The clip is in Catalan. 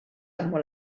molt